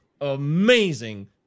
amazing